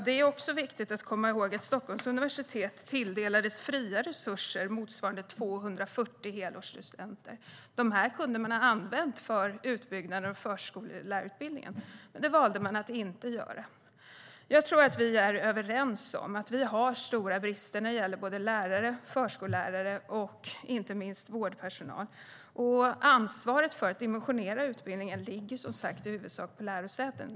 Det är viktigt att komma ihåg att Stockholms universitet tilldelades fria resurser motsvarande 240 helårsstudenter. Dessa kunde man ha använt för utbyggnaden av förskollärarutbildningen, men det valde man att inte göra. Jag tror att vi är överens om att vi har stora brister när det gäller såväl lärare och förskollärare som vårdpersonal. Ansvaret för att dimensionera utbildningen ligger som sagt i huvudsak på lärosätena.